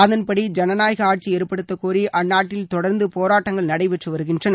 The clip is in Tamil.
அதன்படி ஜனநாயக ஆட்சி ஏற்படுத்தக்கோரி அந்நாட்டில் தொடர்ந்து போராட்டங்கள் நடைபெற்று வருகின்றன